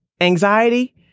anxiety